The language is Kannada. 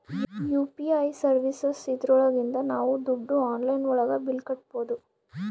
ಯು.ಪಿ.ಐ ಸರ್ವೀಸಸ್ ಇದ್ರೊಳಗಿಂದ ನಾವ್ ದುಡ್ಡು ಆನ್ಲೈನ್ ಒಳಗ ಬಿಲ್ ಕಟ್ಬೋದೂ